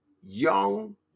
young